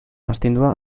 astindua